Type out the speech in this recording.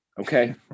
Okay